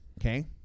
Okay